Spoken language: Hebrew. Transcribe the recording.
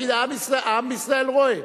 העם בישראל רואה.